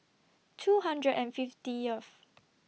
two hundred and fiftieth